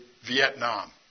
Vietnam